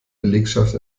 belegschaft